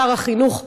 שר החינוך,